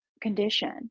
condition